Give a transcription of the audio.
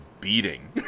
beating